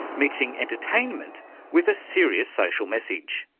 mixing entertainment with a serious social message.